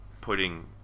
putting